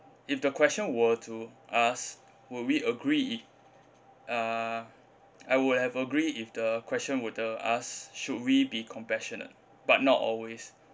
if the question were to ask would we agree if uh I would have agree if the question were to ask should we be compassionate but not always